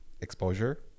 exposure